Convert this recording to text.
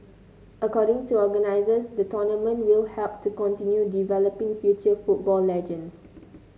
according to organisers the tournament will help to continue developing future football legends